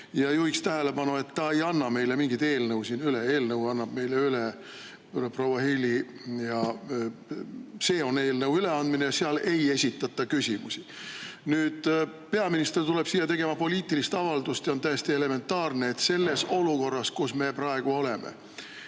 ja juhiks tähelepanu, et ta ei anna meile mingit eelnõu siin üle, eelnõu annab meile üle proua Heili. See on eelnõu üleandmine ja siis ei esitata küsimusi. Peaminister tuleb siia tegema poliitilist avaldust. See on täiesti elementaarne. Selles olukorras, kus me praegu oleme